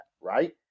right